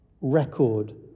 record